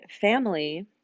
family